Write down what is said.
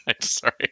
Sorry